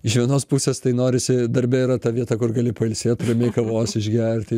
iš vienos pusės tai norisi darbe yra ta vieta kur gali pailsėt ramiai kavos išgerti